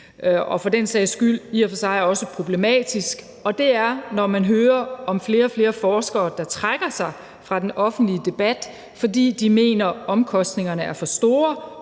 sig for den sags skyld også problematisk, og det er, at man hører om flere og flere forskere, der trækker sig fra den offentlige debat, fordi de mener, at omkostningerne er for store